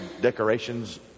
decorations